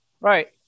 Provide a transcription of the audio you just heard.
Right